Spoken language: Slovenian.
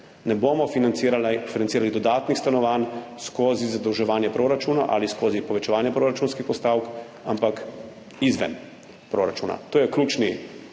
ne bomo financirali dodatnih stanovanj skozi zadolževanje proračuna ali skozi povečevanje proračunskih postavk, ampak izven proračuna. To je ključni